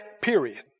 Period